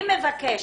אני מבקשת,